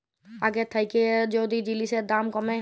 আগের থ্যাইকে যদি জিলিসের দাম ক্যমে